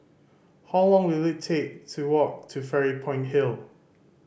how long will it take to walk to Fairy Point Hill